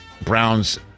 Browns